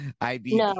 IB